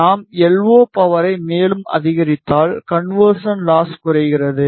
நாம் எல்ஓ பவரை மேலும் அதிகரித்தால் கன்வெர்சன் லாஸ் குறைகிறது